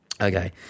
okay